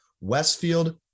Westfield